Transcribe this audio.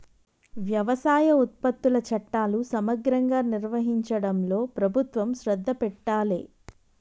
వ్యవసాయ ఉత్పత్తుల చట్టాలు సమగ్రంగా నిర్వహించడంలో ప్రభుత్వం శ్రద్ధ పెట్టాలె